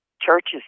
churches